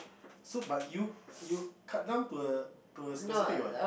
so but you you cut down to a to a specific